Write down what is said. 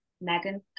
Megan